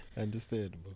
Understandable